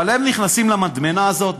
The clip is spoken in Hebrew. אבל הם נכנסים למדמנה הזאת.